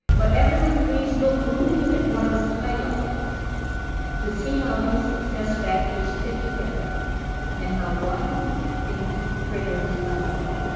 but everyone please, look only at what is highlighted to see how these success factors fit together and how one thing triggers another.